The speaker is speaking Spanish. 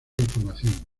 información